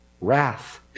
wrath